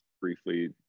briefly